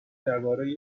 درباره